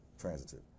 Transitive